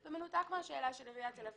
לא משנה עיריית תל אביב,